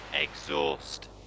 exhaust